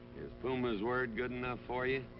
puma's word good enough for you?